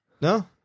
no